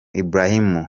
ibrahim